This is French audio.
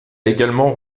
également